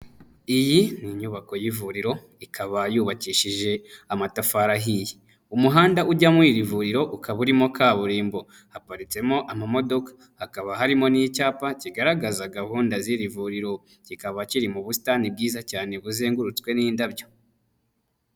Iyi ni inyubako y'ivuriro ikaba yubakishije amatafari ahiye, umuhanda ujya muri iri vuriro ukaba urimo kaburimbo haparitsemo amamodoka, hakaba harimo n'icyapa kigaragaza gahunda z'iri vuriro, kikaba kiri mu busitani bwiza cyane buzengurutswe n'indabyo.